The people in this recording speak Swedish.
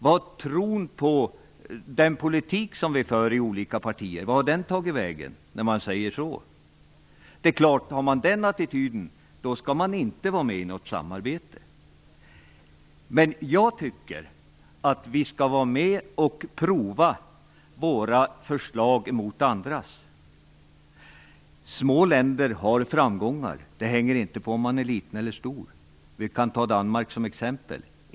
Vart har tron på den politik som vi för i olika partier tagit vägen när man säger så? Men det är klart att med den attityden skall man inte vara med i något samarbete. Jag tycker dock att vi skall pröva våra förslag mot andras. Små länder har framgångar. Det hänger inte på om man är liten eller stor. Vi kan ta Danmark som exempel.